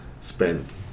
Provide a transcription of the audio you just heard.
spent